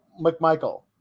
McMichael